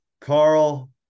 Carl